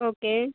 okay